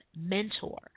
mentor